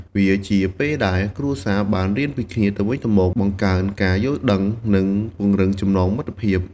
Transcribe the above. វាជាពេលដែលគ្រួសារបានរៀនពីគ្នាទៅវិញទៅមក បង្កើនការយល់ដឹង និងពង្រឹងចំណងមិត្តភាព។